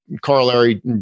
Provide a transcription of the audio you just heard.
corollary